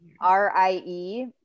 R-I-E